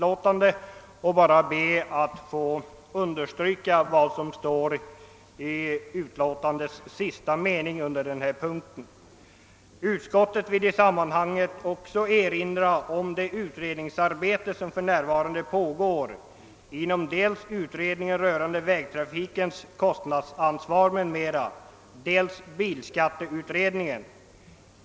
Jag ber särskilt att få understryka de sista meningarna i utskottets utlåtande i detta avsnitt: »Utskottet vill i sammanhanget också erinra om det utredningsarbete som f.n. pågår inom dels utredningen rörande vägtrafikens kostnadsansvar m.m., dels bilskatteutredningen.